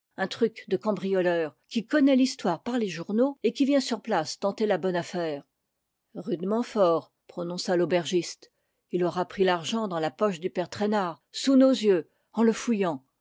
un truc de cambrioleur qui connaît l'histoire par les journaux et qui vient sur place tenter la bonne affaire rudement fort prononça l'aubergiste il aura pris l'argent dans la poche du père traînard sous nos yeux en le fouillant